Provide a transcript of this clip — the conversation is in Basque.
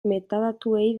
metadatuei